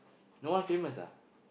no one famous ah